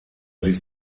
sich